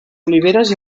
oliveres